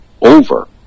over